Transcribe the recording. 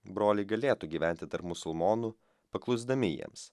broliai galėtų gyventi tarp musulmonų paklusdami jiems